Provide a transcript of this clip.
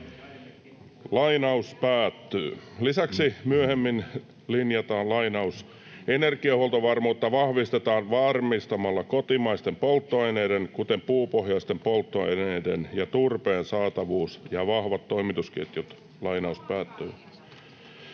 oli aiemminkin!] Lisäksi myöhemmin linjataan: ”Energiahuoltovarmuutta vahvistetaan varmistamalla kotimaisten polttoaineiden, kuten puupohjaisten polttoaineiden ja turpeen, saatavuus ja vahvat toimitusketjut.”